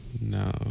No